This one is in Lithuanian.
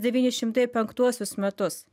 devyni šimtai penktuosius metus